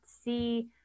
see